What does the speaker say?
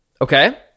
Okay